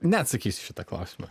neatsakysiu į šitą klausimą